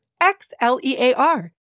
X-L-E-A-R